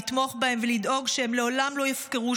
לתמוך בהם ולדאוג שהם לעולם לא יופקרו